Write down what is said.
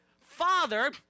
father